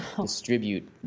distribute